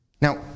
Now